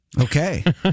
Okay